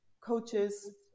coaches